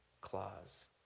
claws